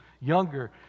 younger